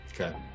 Okay